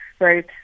right